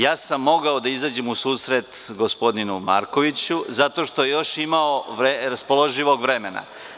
Ja sam mogao da izađem u susret gospodinu Markoviću zato što je još imao raspoloživog vremena.